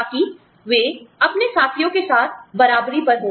ताकि वे अपने साथियों के साथ बराबरी पर हो